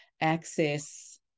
access